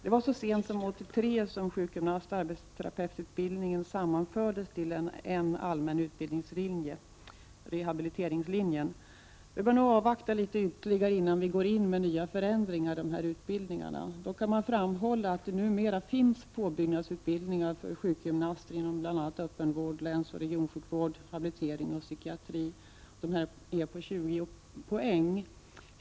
Det var så sent som 1983 som sjukgymnastoch arbetsterapeututbildningen sammanfördes till en allmän utbildningslinje, rehabiliteringslinjen. Vi bör nog avvakta litet ytterligare innan vi går in med nya förändringar i dessa utbildningar. Dock kan framhållas, att det numera finns påbyggnadsutbildningar för sjukgymnaster inom bl.a. öppenvård, länsoch regionsjukvård, habilitering och psykiatri. Dessa är på 20 poäng.